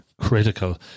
critical